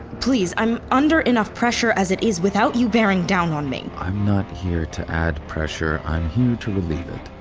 please, i'm under enough pressure as it is without you bearing down on me i'm not here to add pressure, i'm here to relieve it